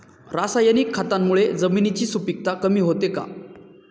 रासायनिक खतांमुळे जमिनीची सुपिकता कमी होते का?